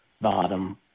Bottom